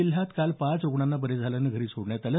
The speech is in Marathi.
जिल्ह्यात काल पाच रुग्णांना बरे झाल्यानं घरी सोडण्यात आलं